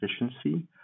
efficiency